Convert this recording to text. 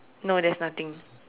no there's nothing